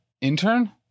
intern